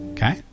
Okay